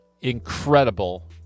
incredible